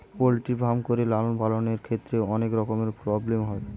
poultry farm করে লালন পালনের ক্ষেত্রে অনেক রকমের প্রব্লেম হয়